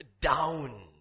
down